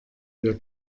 wir